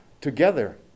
together